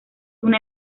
una